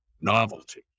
novelty